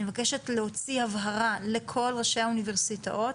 אני מבקשת להוציא הבהרה לכל ראשי האוניברסיטאות